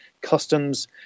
customs